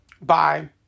Bye